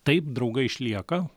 taip draugai išlieka